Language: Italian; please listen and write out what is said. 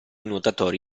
nuotatori